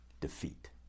defeat